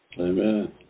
Amen